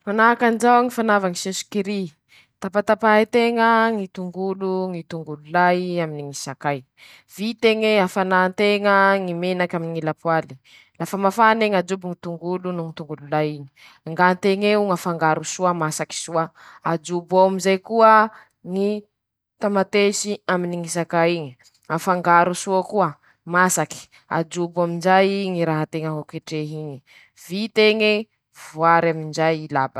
Ndreto aby ñy karazany ñy firenena :- Etazonia. - Frantsy.-Chine.-Indonezia. -Brezely.-India. -Kanada.-Meksiky. - Japon.-Alimagny. -Italy.- Agletera. -Rosia. -Kanada.-Sodana. -Afrika antimo. -Ostralia. -Ejypte.-Madagasikara.-Argentiny. -Ekoatera.- Nigeria.-Tailandy.